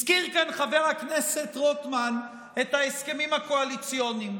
הזכיר כאן חבר הכנסת רוטמן את ההסכמים הקואליציוניים,